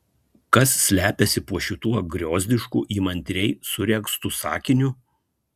kas slepiasi po šiuo griozdišku įmantriai suregztu sakiniu